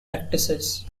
practices